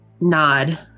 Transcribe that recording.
nod